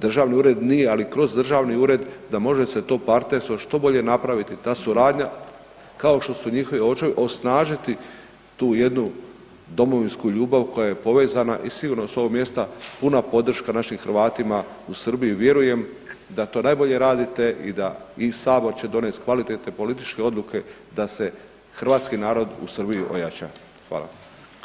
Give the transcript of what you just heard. državni ured ali nije, ali kroz državni ured da može se to partnerstvo što bolje napraviti ta suradnja kao što su njihovi očevi, osnažiti tu jednu domovinsku ljubav koja je povezana i sigurno s ovog mjesta puna podrška našim Hrvatima u Srbiji i vjerujem da to najbolje radite i da Sabor će donest kvalitetne političke odluke da se hrvatski narod u Srbiji ojača.